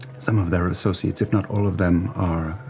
some of their associates, if not all of them are,